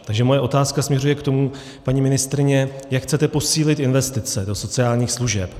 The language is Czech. Takže moje otázka směřuje k tomu, paní ministryně, jak chcete posílit investice do sociálních služeb.